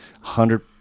hundred